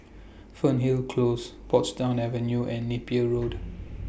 Fernhill Close Portsdown Avenue and Napier Road